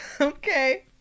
Okay